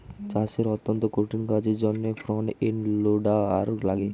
চাষের অত্যন্ত কঠিন কাজের জন্যে ফ্রন্ট এন্ড লোডার লাগে